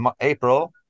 april